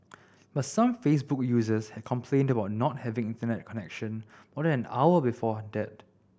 but some Facebook users had complained about not having Internet connection more than an hour before that